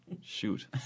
shoot